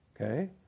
Okay